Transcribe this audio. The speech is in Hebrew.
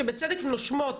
שבצדק נושמות,